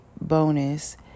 bonus